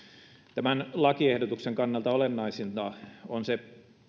tämän lakiehdotuksen kannalta olennaisinta on se